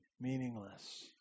meaningless